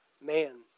man